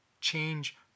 change